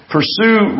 Pursue